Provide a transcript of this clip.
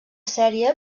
sèrie